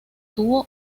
tuvo